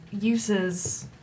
uses